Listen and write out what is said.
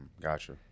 Gotcha